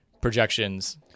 projections